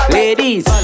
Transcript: ladies